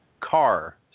car